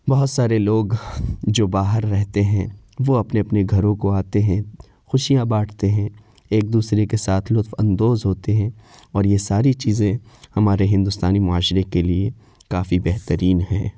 بہت سارے لوگ جو باہر رہتے ہیں وہ اپنے اپنے گھروں کو آتے ہیں خوشیاں بانٹتے ہیں ایک دوسرے کے ساتھ لطف اندوز ہوتے ہیں اور یہ ساری چیزیں ہمارے ہندوستانی معاشرے کے لیے کافی بہترین ہیں